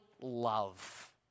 love